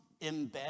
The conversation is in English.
embed